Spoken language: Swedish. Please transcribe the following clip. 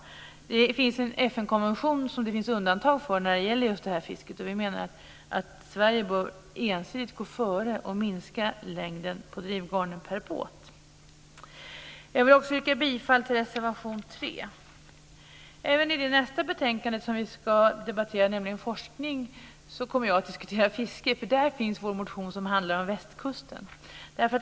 Det finns en FN-konvention som det finns undantag för när det gäller just detta fiske. Vi menar att Sverige ensidigt bör gå före och minska längden på drivgarnen räknat per båt. Jag vill också yrka bifall till reservation 3. Även i nästa betänkande som vi ska debattera, nämligen om forskning, kommer jag att diskutera fiske, för där finns vår motion som handlar om västkusten.